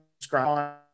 subscribe